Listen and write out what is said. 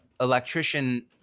electrician